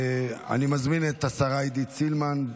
אני מזמין את השרה עידית סילמן,